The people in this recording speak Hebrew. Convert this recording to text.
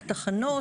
על תחנות,